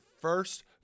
first